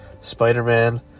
Spider-Man